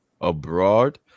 abroad